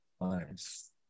Nice